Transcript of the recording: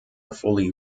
fully